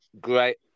great